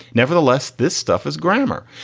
nevertheless, this stuff is grammar.